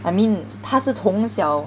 I mean 他是从小